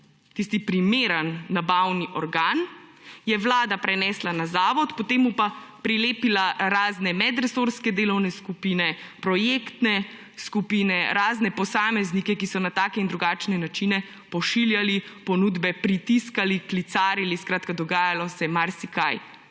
tisti primeren nabavni organ, je Vlada prenesla na Zavod, potem mu pa prilepila razne medresorske delovne skupine, projektne skupine, razne posameznike, ki so na take in drugačne načine pošiljali ponudbe, pritiskali, klicarili; skratka, dogajalo se je marsikaj.